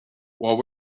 what